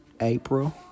April